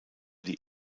die